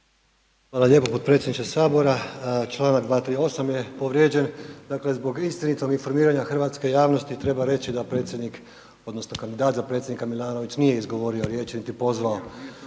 Hvala lijepo potpredsjedniče sabora. Članak 238. je povrijeđen, dakle zbog istinitog informiranja hrvatske javnosti treba reći da predsjednik odnosno kandidat za predsjednika Milanović nije izgovorio riječi niti pozvao